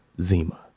Zima